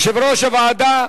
יושב-ראש הוועדה,